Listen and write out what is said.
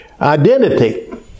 identity